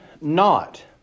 not